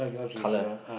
colour